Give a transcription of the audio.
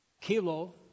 Kilo